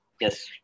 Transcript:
Yes